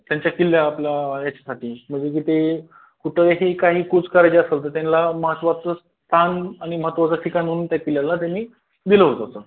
त्यांच्या किल्ल्या आपला याच्यासाठी म्हणजे की ते कुठंही काही कुच करायची असंल तर त्यांना महत्त्वाचं स्थान आणि महत्त्वाचं ठिकाण म्हणून त्या किल्ल्याला त्यानी दिलं होतं